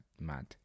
mad